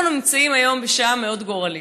אנחנו היום בשעה מאוד גורלית,